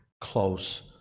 close